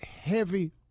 heavy